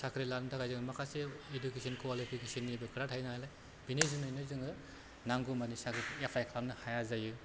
साख्रि लानो थाखाय जों माखासे इडुकेसन कुवालिफिकेसननि बेफोरा थायो नालाय बेनि जुनैनो जोङो नांगौ मानि साख्रिखौ एप्लाय खालामनो हाया जायो